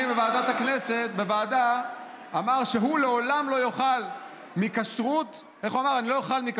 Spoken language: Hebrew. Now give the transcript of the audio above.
בוועדה אמר שהוא לעולם לא יאכל מכשרות צהר,